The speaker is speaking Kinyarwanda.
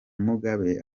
mugabe